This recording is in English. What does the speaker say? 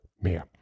mehr